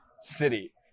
city